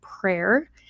prayer